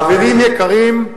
חברים יקרים,